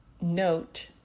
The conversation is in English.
note